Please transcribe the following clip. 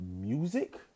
music